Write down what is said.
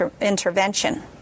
intervention